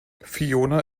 fiona